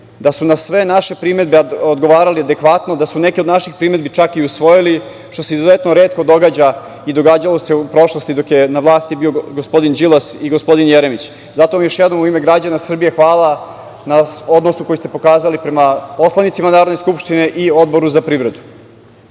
da su na sve naše primedbe odgovarali adekvatno, da su neke od naših primedbi čak i usvojili, što se izuzetno retko događa i događalo se u prošlosti, dok je na vlasti bio gospodin Đilas i gospodin Jeremić. Zato još jednom u ime građana Srbije hvala na odnosu koji ste pokazali prema poslanicima Narodne skupštine i Odboru za privredu. Inače,